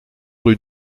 rue